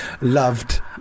loved